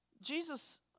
Jesus